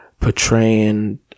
portraying